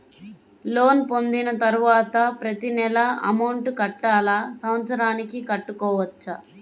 Loan పొందిన తరువాత ప్రతి నెల అమౌంట్ కట్టాలా? సంవత్సరానికి కట్టుకోవచ్చా?